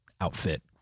outfit